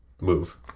move